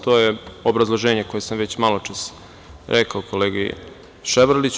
To je obrazloženje koje sam već maločas rekao kolegi Ševarliću.